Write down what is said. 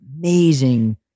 amazing